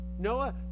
Noah